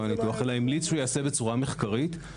ניתוח אלא המליץ שייעשה בצורה מחקרית,